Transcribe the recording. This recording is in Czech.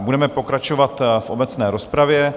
Budeme pokračovat v obecné rozpravě.